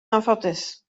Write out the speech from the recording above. anffodus